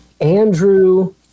Andrew